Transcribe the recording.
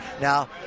now